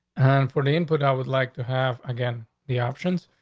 and for the input, i would like to have again the options.